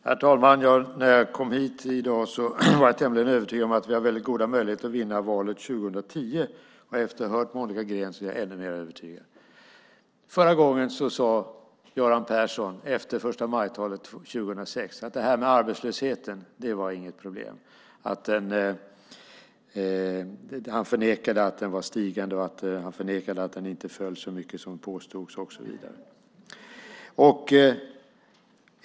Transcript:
Herr talman! När jag kom hit i dag var jag tämligen övertygad om att vi har väldigt goda möjligheter att vinna valet 2010. Efter att ha hört Monica Green är jag ännu mer övertygad. Göran Persson sade efter förstamajtalet 2006 att arbetslösheten inte var något problem. Han förnekade att den var stigande och förnekade att den inte föll som påstods och så vidare.